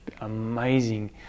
amazing